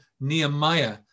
Nehemiah